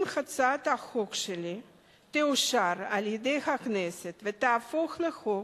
שאם הצעת החוק שלי תאושר על-ידי הכנסת ותהפוך לחוק,